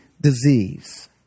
disease